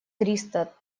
триста